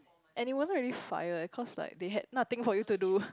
and it wasn't really fire cause like they had nothing for you to do